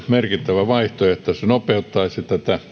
merkittävä vaihtoehto että se nopeuttaisi